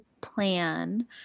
plan